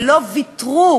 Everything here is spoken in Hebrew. שלא ויתרו